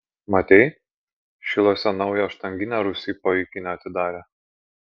matei šiluose naują štanginę rūsy po ikine atidarė